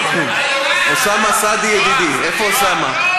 אוסאמה סעדי ידידי, איפה אוסאמה?